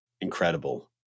incredible